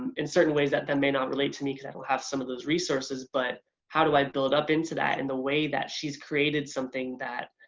in certain ways that that not relate to me because i don't have some of those resources, but how do i build up into that in the way that she's created something that